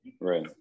right